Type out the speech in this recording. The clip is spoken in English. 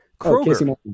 Kroger